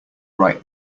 write